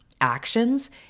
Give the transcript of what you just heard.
actions